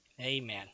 Amen